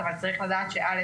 אבל צריך לדעת שא',